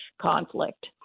conflict